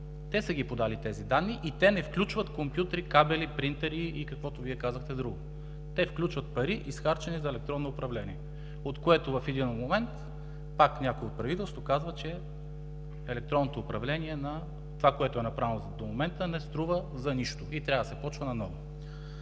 Те са подали тези данни и те не включват компютри, кабели, принтери и каквото казахте друго. Те включват пари, изхарчени за електронно управление, от което в един момент пак някой от правителството казва, че електронното управление на това, което е направено до момента, не струва за нищо и трябва да се почва наново.